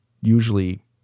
usually